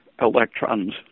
electrons